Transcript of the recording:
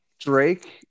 Drake